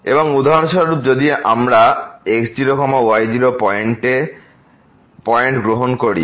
এবং উদাহরণস্বরূপ যদি আমরা x0y0 পয়েন্ট গ্রহণ করি